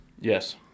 Yes